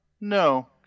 No